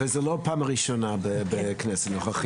וזה לא הפעם הראשונה בכנסת הנוכחית.